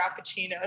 frappuccinos